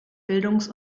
bildungs